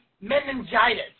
Meningitis